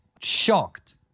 shocked